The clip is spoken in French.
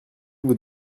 vous